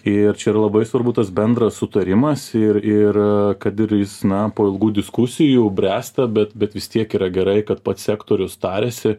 ir čia yra labai svarbu tas bendras sutarimas ir ir kad ir jis na po ilgų diskusijų bręsta bet bet vis tiek yra gerai kad pats sektorius tariasi